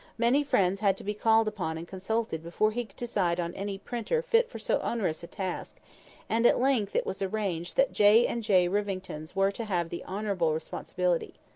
many friends had to be called upon and consulted before he could decide on any printer fit for so onerous a task and at length it was arranged that j. and j. rivingtons were to have the honourable responsibility.